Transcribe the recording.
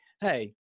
hey